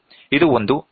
ಇದು ಒಂದು ಮಾಪನ